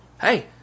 hey